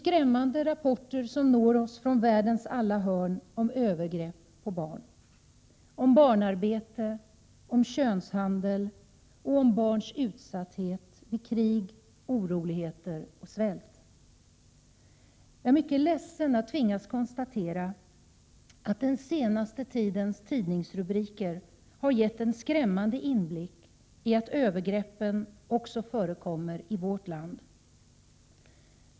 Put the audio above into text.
Skrämmande rapporter når oss från världens alla hörn om övergrepp på Prot. 1987/88:85 ä u ; Utrikesdebatt Jag är mycket ledsen att tvingas konstatera att den senaste tidens | tidningsrubriker har gett en skrämmande inblick i det förhållandet att | övergreppen också förekommer i vårt land.